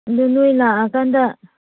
ꯑꯗꯨ ꯅꯣꯏ ꯂꯥꯛꯑ ꯀꯥꯟꯗ